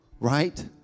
Right